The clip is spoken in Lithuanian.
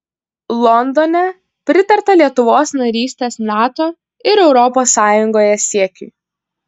londone pritarta lietuvos narystės nato ir europos sąjungoje siekiui